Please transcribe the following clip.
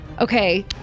okay